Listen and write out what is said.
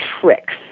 tricks